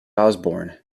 osborne